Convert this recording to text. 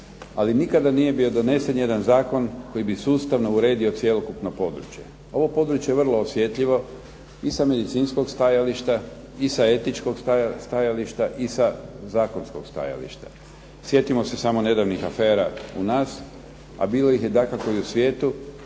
ali nikada nije bio donesen jedan zakon koji bi sustavno uredio cjelokupno područje. Ove područje je vrlo osjetljivo i sa medicinskog stajališta i sa etičkog stajališta i sa zakonskog stajališta. Sjetimo se nedavnih afera u nas, a bilo ih je dakako u svijetu